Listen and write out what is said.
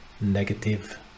negative